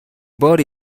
باری